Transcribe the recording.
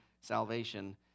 salvation